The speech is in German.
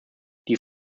die